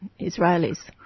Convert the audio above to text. Israelis